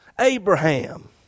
Abraham